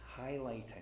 highlighting